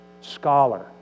scholar